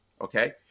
okay